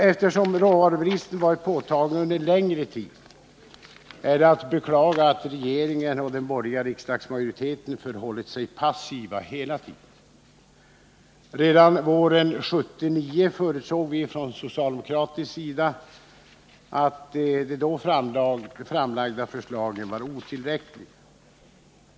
Eftersom råvarubristen varit påtaglig under en längre tid är det att beklaga att regeringen och den borgerliga riksdagsmajoriten förhållit sig passiva hela tiden. Redan våren 1979 förutsåg vi från socialdemokratisk sida att de då framlagda förslagen var otillräckliga.